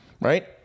Right